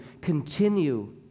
continue